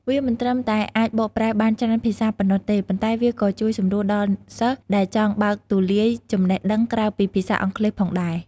វាមិនត្រឹមតែអាចបកប្រែបានច្រើនភាសាប៉ុណ្ណោះទេ ប៉ុន្តែវាក៏ជួយសម្រួលដល់សិស្សដែលចង់បើកទូលាយចំណេះដឹងក្រៅពីភាសាអង់គ្លេសផងដែរ។